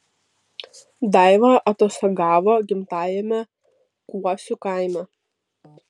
daiva atostogavo gimtajame kuosių kaime